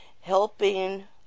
helping